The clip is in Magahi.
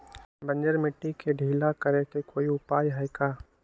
बंजर मिट्टी के ढीला करेके कोई उपाय है का?